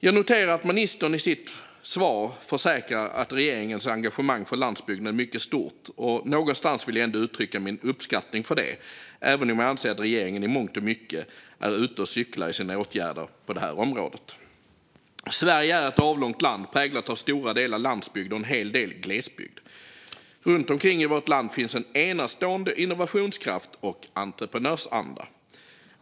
Jag noterar att ministern i sitt svar försäkrar att regeringens engagemang för landsbygderna är mycket stort, och någonstans vill jag ändå uttrycka min uppskattning för det - även om jag anser att regeringen i mångt och mycket är ute och cyklar i sina åtgärder på det här området. Sverige är ett avlångt land präglat av stora delar landsbygd och en hel del glesbygd. Runt omkring i vårt land finns en enastående innovationskraft och entreprenörsanda.